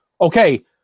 Okay